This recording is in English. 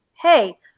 Hey